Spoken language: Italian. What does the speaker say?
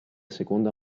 seconda